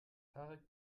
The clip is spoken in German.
tarek